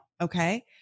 Okay